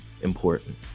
important